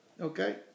Okay